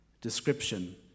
Description